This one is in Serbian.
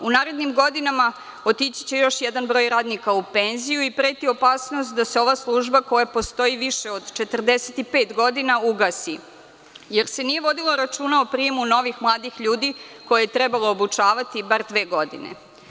U narednim godinama otići će još jedan broj radnika u penziju i preti opasnost da se ova služba, koja postoji više od 45 godina, ugasi, jer se nije vodilo računa o prijemu novih mladih ljudi koje je trebalo obučavati bar dve godine.